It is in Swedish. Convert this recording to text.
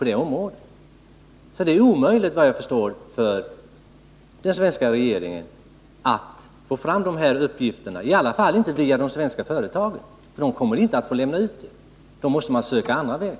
Det är alltså omöjligt, vad jag förstår, för den svenska regeringen att få fram dessa uppgifter i alla fall kan den inte få dem via de svenska företagen. De kommer inte att få lämna ut dem. Då måste man söka andra vägar.